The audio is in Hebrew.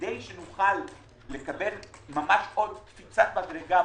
כדי שנוכל לקבל ממש עוד קפיצת מדרגה,